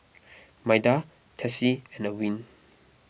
Maida Tessie and Erwin